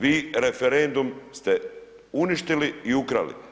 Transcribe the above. Vi referendum ste uništili i ukrali.